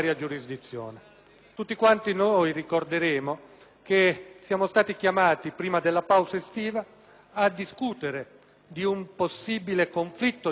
Tutti noi ricorderemo che siamo stati chiamati, prima della pausa estiva, a discutere di un possibile conflitto di attribuzione